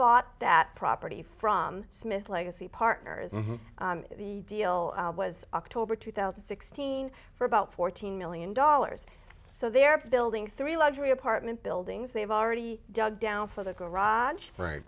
bought that property from smith legacy partners and the deal was october two thousand and sixteen for about fourteen million dollars so they're building three luxury apartment buildings they've already dug down for the garage